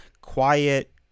quiet